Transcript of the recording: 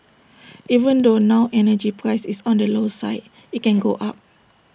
even though now energy price is on the low side IT can go up